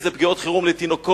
אם זה פגיעות חירום בתינוקות,